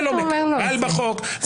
זה לא מקובל בחוק -- מה אתה אומר לו על זה?